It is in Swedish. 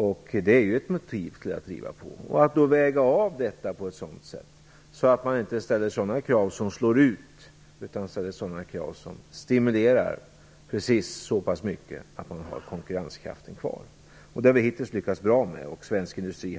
Man bör driva på och göra avvägningar på ett sätt som gör att man inte ställer krav som slår ut, man bör i stället ställa krav som stimulerar precis så pass mycket att man kan bibehålla konkurrenskraften. Det har vi hittills lyckats bra med. Jag tycker att svensk industri -